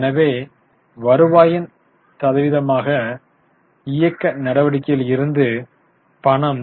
எனவே வருவாயின் சதவீதமாக இயக்க நடவடிக்கைகளில் இருந்து பணம்